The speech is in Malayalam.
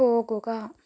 പോകുക